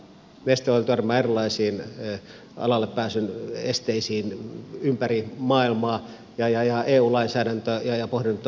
neste oil törmää erilaisiin alalle pääsyn esteisiin ympäri maailmaa ja eu lainsäädäntö ja eun pohdinnat ovat hyvin poukkoilevia tässä suhteessa